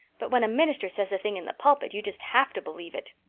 but when a minister says a thing in the pulpit you just have to believe it.